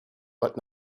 but